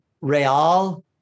Real